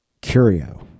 curio